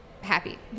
happy